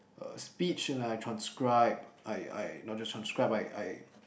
a speech and then I transcribe I I not just transcribe I I